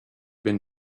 been